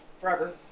forever